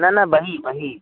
न न बहिः बहिः